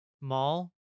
Mall